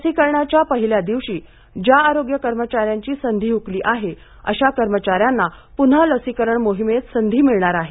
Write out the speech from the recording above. लसीकरणाच्या पहिल्या दिवशी ज्या आरोग्य कर्मचाऱ्यांची संधी ह्कली आहे अशा कर्मचाऱ्यांना प्न्हा लसीकरण मोहिमेत संधी मिळणार आहे